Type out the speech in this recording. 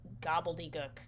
gobbledygook